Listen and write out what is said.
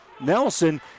Nelson